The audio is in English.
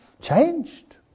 changed